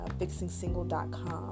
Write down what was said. FixingSingle.com